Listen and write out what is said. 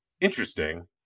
interesting